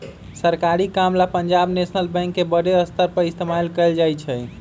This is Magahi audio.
सरकारी काम ला पंजाब नैशनल बैंक के बडे स्तर पर इस्तेमाल कइल जा हई